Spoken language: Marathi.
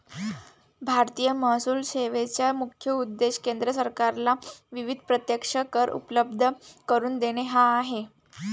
भारतीय महसूल सेवेचा मुख्य उद्देश केंद्र सरकारला विविध प्रत्यक्ष कर उपलब्ध करून देणे हा आहे